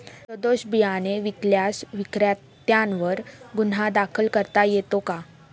सदोष बियाणे विकल्यास विक्रेत्यांवर गुन्हा दाखल करता येतो का?